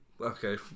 Okay